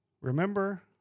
Remember